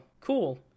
cool